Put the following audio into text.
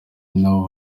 n’abo